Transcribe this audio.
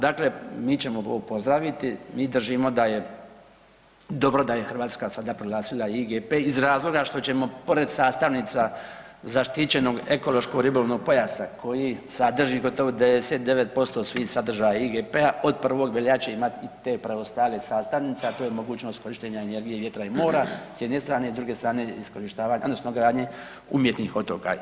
Dakle, mi ćemo ovo pozdraviti, mi držimo da je dobro da je Hrvatska sada proglasila IGP iz razloga što ćemo pored sastavnica zaštićenog ekološkog ribolovnog pojasa koji sadrži gotovo 99% svih sadržaja IGP-a od 1. veljače imat i te preostale sastavnice, a to je mogućnost korištenja energije vjetra i mora s jedne strane i s druge strane iskorištavanje odnosno gradnje umjetnih otoka.